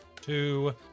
two